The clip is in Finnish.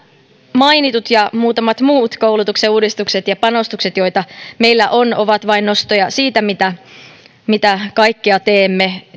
mainitut ja muutamat muut koulutuksen uudistukset ja panostukset joita meillä on ovat vain nostoja siitä mitä mitä kaikkea teemme